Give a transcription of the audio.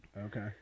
okay